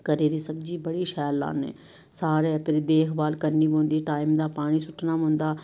घरै दी सब्जी बड़ी शैल लान्ने सारे अत्तरे देखभाल करनी पौंदी टाइम दा पानी सुट्टना पौंदा